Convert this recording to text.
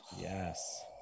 Yes